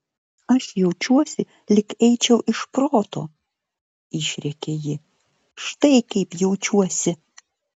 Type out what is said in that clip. aš jaučiuosi lyg eičiau iš proto išrėkė ji štai kaip jaučiuosi